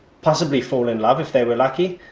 possibly fall in love if they were lucky,